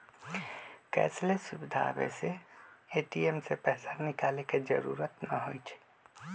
cardless सुविधा आबे से ए.टी.एम से पैसा निकाले के जरूरत न होई छई